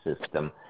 system